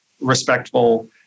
respectful